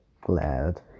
Glad